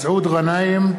מסעוד גנאים,